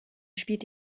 spielt